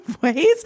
ways